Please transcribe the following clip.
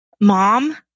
Mom